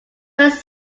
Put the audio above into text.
west